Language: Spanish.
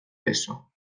beso